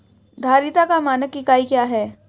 धारिता का मानक इकाई क्या है?